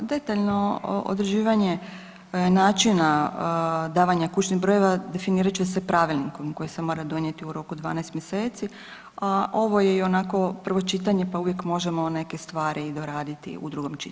Pa detaljno određivanje načina davanja kućnih brojeva definirat će se pravilnikom koji se mora donijeti u roku 12 mjeseci, a ovo je ionako prvo čitanje, pa uvijek možemo neke stvari i doraditi u drugom čitanju.